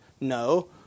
no